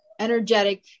energetic